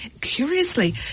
curiously